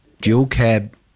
dual-cab